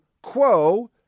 Quo